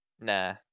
Nah